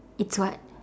it's what